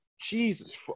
Jesus